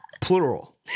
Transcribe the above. Plural